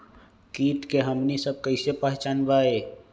किट के हमनी सब कईसे पहचान बई?